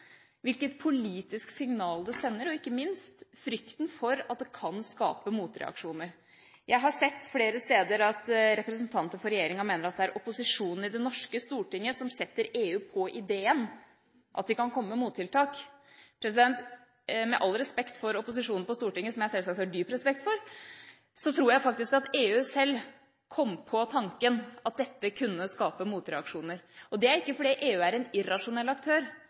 hvilket politisk signal det sender, og ikke minst frykten for at det kan skape motreaksjoner. Jeg har sett flere steder at representanter for regjeringa mener at det er opposisjonen i Det norske storting som setter EU på ideen om at de kan komme med mottiltak. Med all respekt for opposisjonen på Stortinget – som jeg sjølsagt har dyp respekt for – så tror jeg faktisk at EU sjøl kom på tanken at dette kunne skape motreaksjoner. Det er ikke fordi EU er en irrasjonell aktør,